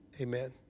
Amen